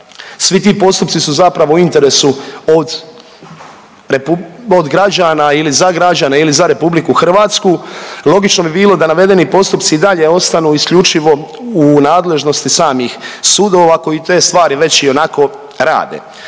svi ti postupci su zapravo u interesu od građana ili za građane ili za RH. Logično bi bilo da navedeni postupci i dalje ostanu isključivo u nadležnosti samih sudova koji te stvari već ionako rade,